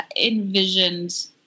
envisioned